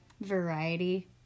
variety